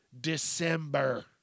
December